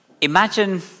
imagine